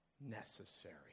necessary